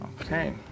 Okay